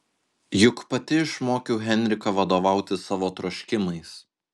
juk pati išmokiau henriką vadovautis savo troškimais